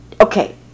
Okay